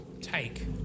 take